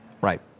right